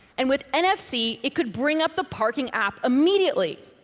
and with nfc it could bring up the parking app immediately?